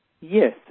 yes